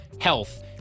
health